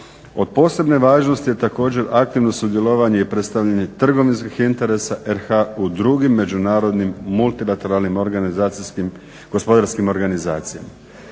Od posebne važnosti je također aktivno sudjelovanje i predstavljanje trgovinskih interesa RH u drugim međunarodnim multilateralnim gospodarskim organizacijama,